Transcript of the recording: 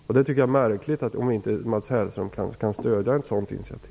Jag tycker att det är märkligt att inte Mats Hellström kan stödja ett sådant initiativ.